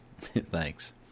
Thanks